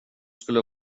skulle